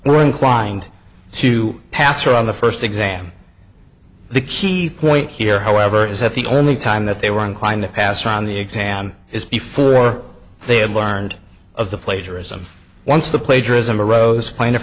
were inclined to pass around the first exam the key point here however is that the only time that they were inclined to pass on the exam is before they had learned of the plagiarism once the plagiarism arose plain